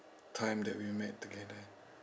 time that we met together